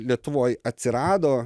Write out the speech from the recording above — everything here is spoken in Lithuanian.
lietuvoj atsirado